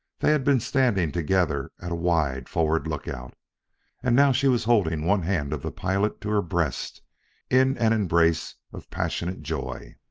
they had been standing together at a wide forward lookout and now she was holding one hand of the pilot to her breast in an embrace of passionate joy.